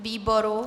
Výboru?